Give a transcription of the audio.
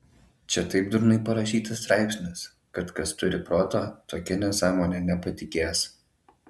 čia taip durnai parašytas straipsnis kad kas turi proto tokia nesąmone nepatikės